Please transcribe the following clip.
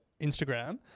instagram